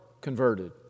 converted